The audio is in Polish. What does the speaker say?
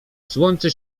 słońce